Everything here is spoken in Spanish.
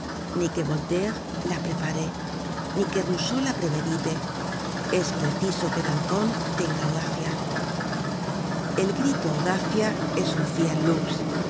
ni que voltaire la prepare ni que bousseau la premedite es preciso que danton tenga audacia el grito audacia es un fiat lux